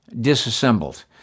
disassembled